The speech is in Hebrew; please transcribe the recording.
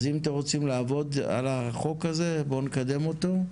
אם אתם רוצים לעבוד על החוק הזה, בואו נקדם אותו.